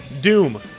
Doom